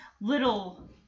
little